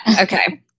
okay